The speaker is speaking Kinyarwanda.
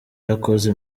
yakoze